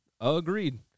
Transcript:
Agreed